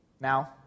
Now